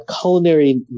culinary